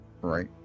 Right